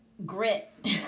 grit